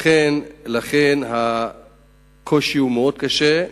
לכן הקושי הוא מאוד קשה.